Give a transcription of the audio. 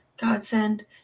Godsend